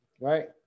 right